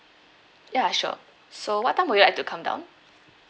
ya sure so what time would you like to come down